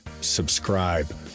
subscribe